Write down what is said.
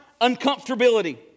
uncomfortability